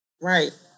Right